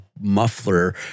muffler